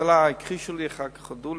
בהתחלה הכחישו, אחר כך הודו,